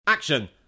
Action